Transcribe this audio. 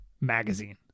magazine